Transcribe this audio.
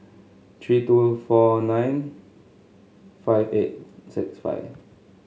three two four nine five eight six five